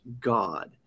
god